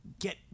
get